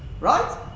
Right